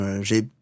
J'ai